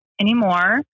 anymore